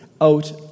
out